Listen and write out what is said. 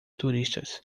turistas